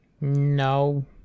No